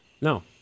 no